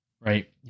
Right